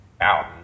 out